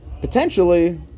potentially